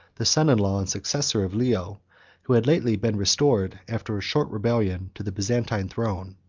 the son-in-law and successor of leo who had lately been restored, after a short rebellion, to the byzantine throne.